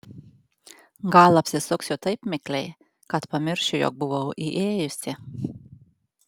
gal apsisuksiu taip mikliai kad pamiršiu jog buvau įėjusi